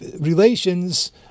relations